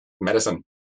medicine